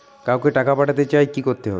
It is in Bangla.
কাউকে টাকা পাঠাতে চাই কি করতে হবে?